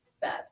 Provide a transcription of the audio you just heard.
bad